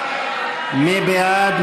מי בעד?